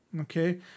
okay